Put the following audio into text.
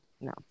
No